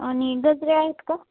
आणि गजरे आहेत का